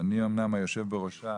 שאני אומנם היושב בראשה,